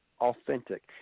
authentic